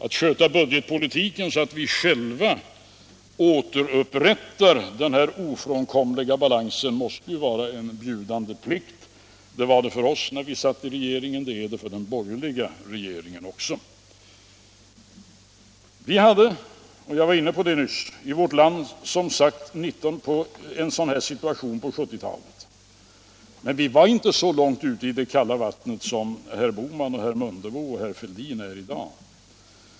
Att sköta budgetpolitiken så att vi själva återupprättar den ofrånkomliga balansen måste ju vara en bjudande plikt. Det var det för oss när vi satt i regeringen, och det är det för den borgerliga regeringen också. Vi hade — jag var inne på det nyss — i vårt land en sådan här situation i början på 1970-talet, men vi var inte så långt ute i det kalla vattnet som herr Bohman, herr Mundebo och herr Fälldin är i dag.